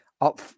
Up